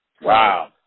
Wow